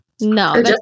No